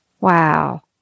Wow